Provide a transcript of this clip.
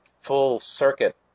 full-circuit